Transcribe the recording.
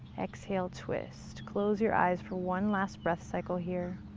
exhale, twist, close your eyes for one last breath cycle here.